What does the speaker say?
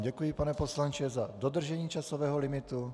Děkuji vám, pane poslanče, za dodržení časového limitu.